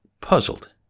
Puzzled